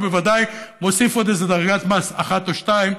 ובוודאי מוסיף עוד דרגת מס אחת או שתיים.